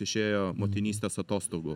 išėjo motinystės atostogų